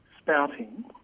spouting